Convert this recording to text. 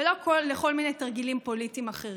ולא לכל מיני תרגילים פוליטיים אחרים.